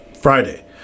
Friday